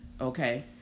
Okay